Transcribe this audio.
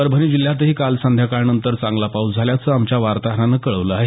परभणी जिल्ह्यातही काल संध्याकाळनंतर चांगला पाऊस झाल्याचं आमच्या वार्ताहरानं कळवलं आहे